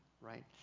right